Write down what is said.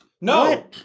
No